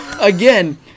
again